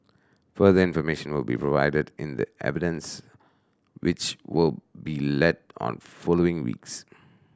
further information will be provided in the evidence which will be led on following weeks